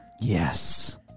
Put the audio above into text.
Yes